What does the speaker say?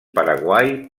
paraguai